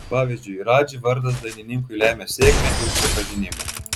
pavyzdžiui radži vardas dainininkui lemia sėkmę ir pripažinimą